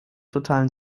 totalen